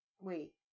Wait